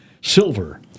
silver